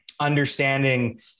understanding